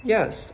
Yes